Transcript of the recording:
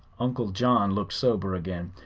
uncle john looked sober again.